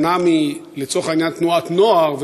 אומנם היא לצורך העניין תנועת נוער,